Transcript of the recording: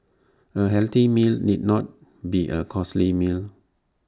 A healthy meal need not be A costly meal